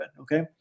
Okay